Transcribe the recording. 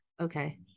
Okay